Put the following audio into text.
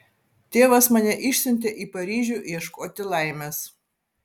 tėvas mane išsiuntė į paryžių ieškoti laimės